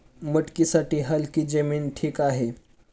मटकीसाठी हलकी जमीन ठीक आहे